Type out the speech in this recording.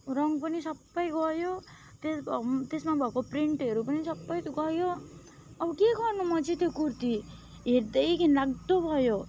रङ पनि सबै गयो त्यस त्यसमा भएको प्रिन्टहरू पनि सबै गयो अब के गर्नु म चाहिँ त्यो कुर्ती हेर्दै घिनलाग्दो भयो